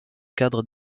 cadre